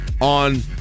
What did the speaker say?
on